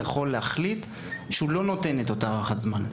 יכול להחליט שהוא לא נותן את ההארכה האמורה?